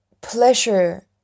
Pleasure